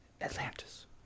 Atlantis